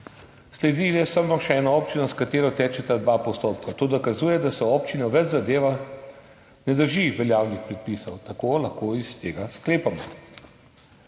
Sledili smo samo še eni občina, s katero tečeta dva postopka. To dokazuje, da se občina v več zadevah ne drži veljavnih predpisov, tako lahko iz tega sklepamo.